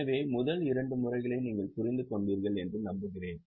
எனவே முதல் இரண்டு முறைகளை நீங்கள் புரிந்து கொண்டீர்கள் என்று நம்புகிறேன்